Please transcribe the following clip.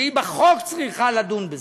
שלפי החוק צריכה לדון בזה.